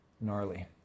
gnarly